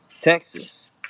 Texas